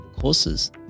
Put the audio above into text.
courses